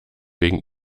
wegen